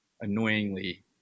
annoyingly